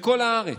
בכל הארץ,